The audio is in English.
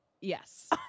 Yes